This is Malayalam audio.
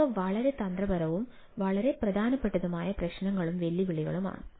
ഇവ വളരെ തന്ത്രപരവും വളരെ പ്രധാനപ്പെട്ടതുമായ പ്രശ്നങ്ങളും വെല്ലുവിളികളുമാണ്